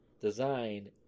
design